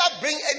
bring